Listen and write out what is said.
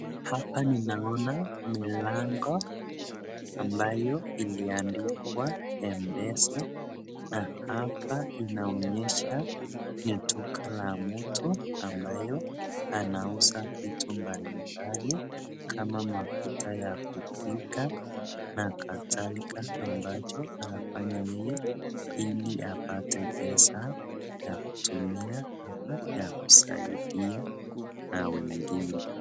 Hapa ninaona milango ambayo iliandikwa mpesa na hapa inaonyesha ni duka la mtu ambayo anauza vitu mbalimbali kama mafuta ya kupika na kadhalika ambacho anafanya yeye ili apate pesa ya kutumia ama ya kusaidia na wengine .